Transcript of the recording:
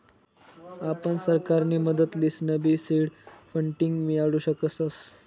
आपण सरकारनी मदत लिसनबी सीड फंडींग मियाडू शकतस